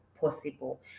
possible